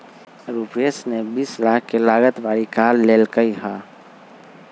रूपश ने बीस लाख के लागत वाली कार लेल कय है